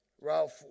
Ralph